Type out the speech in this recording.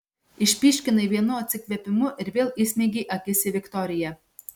išpyškinai vienu atsikvėpimu ir vėl įsmeigei akis į viktoriją